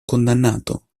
condannato